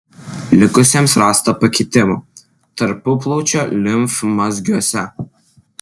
likusiems rasta pakitimų tarpuplaučio limfmazgiuose